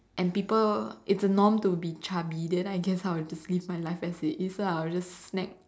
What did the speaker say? and people it's a norm to be chubby then I guess I'll just live my life as it is lah I'll just snack